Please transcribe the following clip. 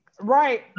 right